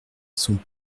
sont